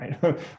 right